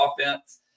offense